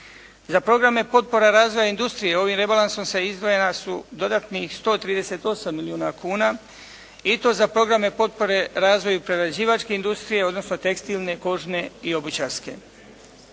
Za programe potpora razvoja industrije ovim rebalansom izdvojena su dodatnih 138 milijuna kuna i to za programe potpore razvoju prerađivačke industrije, odnosno tekstilne, kožne i obućarske.